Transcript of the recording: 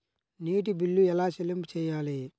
నీటి బిల్లు ఎలా చెల్లింపు చేయాలి?